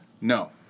No